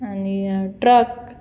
आनी ट्रक